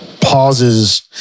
pauses